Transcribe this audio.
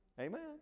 Amen